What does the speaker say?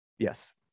Yes